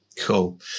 Cool